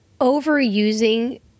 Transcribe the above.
overusing